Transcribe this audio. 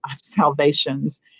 salvations